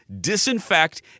disinfect